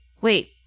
Wait